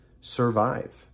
survive